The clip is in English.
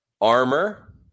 Armor